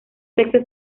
sexos